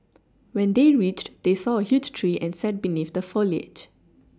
when they reached they saw a huge tree and sat beneath the foliage